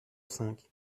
cinq